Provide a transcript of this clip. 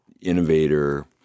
innovator